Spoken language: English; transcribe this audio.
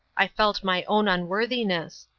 i felt my own unworthiness.